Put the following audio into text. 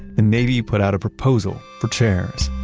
the navy put out a proposal for chairs.